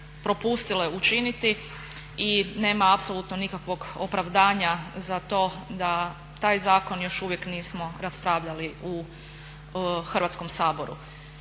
propustile učiniti i nema apsolutno nikakvog opravdanja za to da taj zakon još uvijek nismo raspravljali u Hrvatskom saboru.